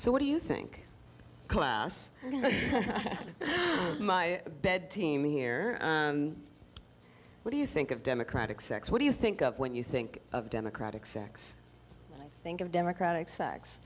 so what do you think class my bed team here what do you think of democratic sex what do you think of when you think of democratic sex think of democratic sex